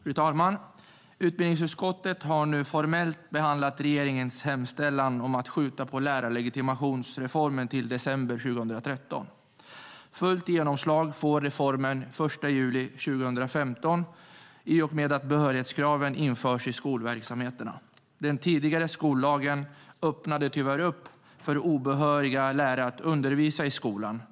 Fru talman! Utbildningsutskottet har nu formellt behandlat regeringens hemställan om att skjuta fram lärarlegitimationsreformen till december 2013. Fullt genomslag får reformen den 1 juli 2015 i och med att behörighetskraven införs i skolverksamheterna. Den tidigare skollagen öppnade tyvärr upp för obehöriga lärare att undervisa i skolan.